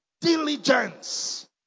Diligence